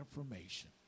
information